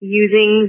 using